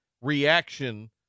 reaction